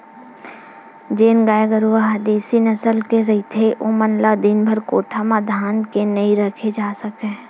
जेन गाय गरूवा ह देसी नसल के रहिथे ओमन ल दिनभर कोठा म धांध के नइ राखे जा सकय